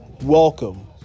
welcome